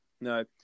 No